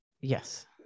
Yes